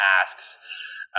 asks